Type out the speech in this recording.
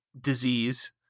Disease